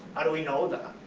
how do we know that?